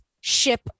ship